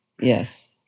yes